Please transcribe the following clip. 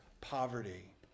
poverty